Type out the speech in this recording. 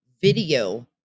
video